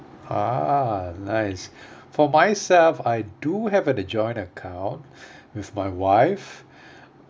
uh nice for myself I do have an joint account with my wife